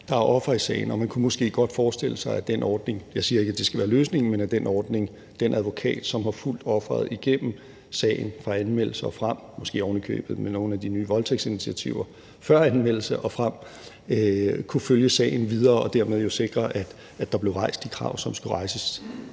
der er offer i sagen. Og man kunne måske godt forestille sig, og jeg siger ikke, at det skal være løsningen, at den advokat, som har fulgt offeret igennem sagen fra anmeldelse og frem – måske ovenikøbet med nogle af de nye voldtægtsinitiativer før anmeldelse og frem – kunne følge sagen videre og dermed jo sikre, at der blev rejst de krav, der skulle rejses.